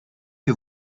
que